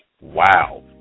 Wow